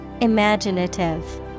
Imaginative